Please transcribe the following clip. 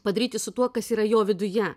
padaryti su tuo kas yra jo viduje